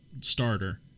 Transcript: starter